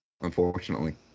unfortunately